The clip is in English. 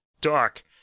dark